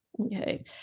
Okay